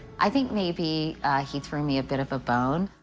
i think maybe he threw me a bit of a bone.